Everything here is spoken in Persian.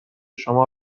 شما